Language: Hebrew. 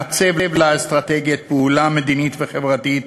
לעצב לה אסטרטגיית פעולה מדינית וחברתית